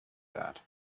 that